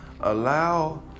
Allow